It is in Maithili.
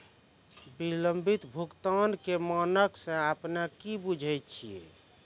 विलंबित भुगतान के मानक से अपने कि बुझै छिए?